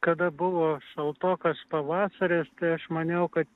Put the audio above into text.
kada buvo šaltokas pavasaris tai aš maniau kad